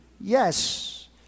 Yes